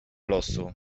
losu